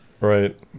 Right